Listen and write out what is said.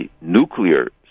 nuclear